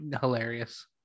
hilarious